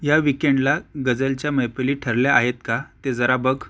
या विकेंडला गझलच्या मैफिली ठरल्या आहेत का ते जरा बघ